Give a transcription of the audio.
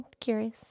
Curious